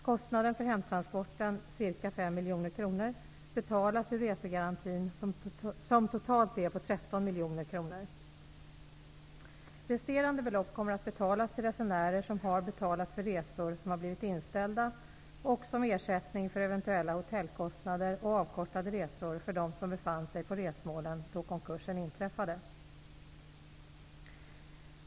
Kostnaden för hemtransporten, ca 5 miljoner kronor, betalas ur resegarantin, som totalt är på 13 miljoner kronor. Resterande belopp kommer att betalas till resenärer som har betalat för resor som har blivit inställda och som ersättning för eventuella hotellkostnader och avkortade resor för dem som befann sig på resmålen då konkursen inträffade.